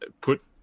put